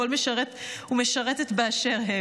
כל משרת ומשרתת באשר הם,